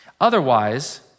Otherwise